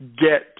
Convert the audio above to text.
get